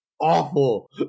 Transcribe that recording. awful